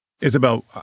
Isabel